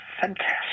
fantastic